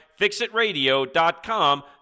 fixitradio.com